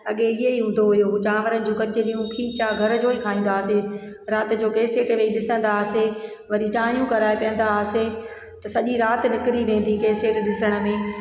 अॻे इअई हूंदो हुयो चांवरनि जूं कचरियूं खीचा घर जो ई खाईंदा हुआसीं राति जो कैसट वेई ॾिसंदा हुआसीं वरी चायूं कराए पीअंदा हुआसीं त सॼी राति निकिरी वेंदी कैसट ॾिसण में ई